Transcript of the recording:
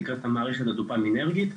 שנקראת המערכת הדופמינרגית,